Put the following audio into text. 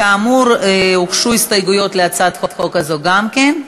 כאמור, הוגשו הסתייגויות להצעת החוק הזו גם כן.